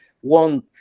One